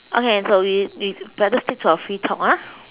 okay so we we better stick to our free talk ah